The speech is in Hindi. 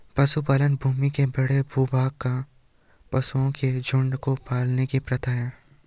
पशुपालन भूमि के बड़े भूभाग पर पशुओं के झुंड को पालने की प्रथा है